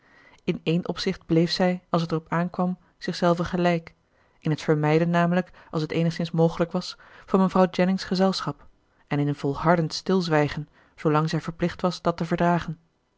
in één opzicht bleef zij als het erop aankwam zichzelve gelijk in het vermijden namelijk als het eenigszins mogelijk was van mevrouw jennings gezelschap en in een volhardend stilzwijgen zoolang zij verplicht was dat te verdragen